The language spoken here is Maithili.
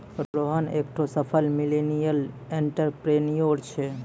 रोहन एकठो सफल मिलेनियल एंटरप्रेन्योर छै